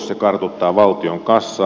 se kartuttaa valtion kassaa